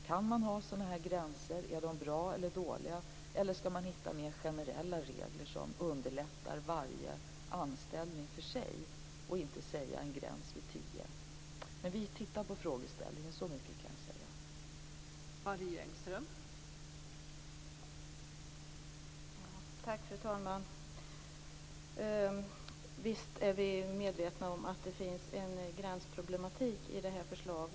Kan man ha sådana här gränser, och är de bra eller dåliga, eller skall man hitta mer generella regler som underlättar varje anställning för sig och inte säga en gräns vid tio anställda? Men vi tittar på frågeställningen, så mycket kan jag säga.